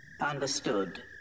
Understood